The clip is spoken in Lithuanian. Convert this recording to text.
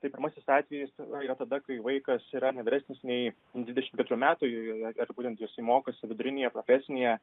tai pirmasis atvejis yra tada kai vaikas yra ne vyresnis nei dvidešimt keturių metų ar būtent jis mokosi vidurinėje profesinėje